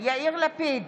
יאיר לפיד,